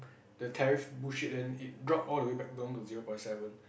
the tariff bullshit then it drop all the way back down to zero point seven